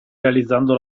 realizzando